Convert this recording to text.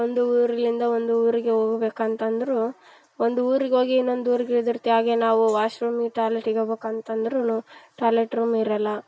ಒಂದು ಊರಿನಿಂದ ಒಂದು ಊರಿಗೆ ಹೋಗ್ಬೇಕ್ ಅಂತಂದ್ರೂ ಒಂದು ಊರಿಗೋಗಿ ಇನ್ನೊಂದು ಊರಿಗೆ ನಾವು ವಾಶ್ ರೂಮಿಗೆ ಟಾಯ್ಲೆಟ್ ಹೋಗ್ಬೇಕ್ ಅಂತಂದ್ರೂ ಟಾಯ್ಲೆಟ್ ರೂಮ್ ಇರೋಲ್ಲ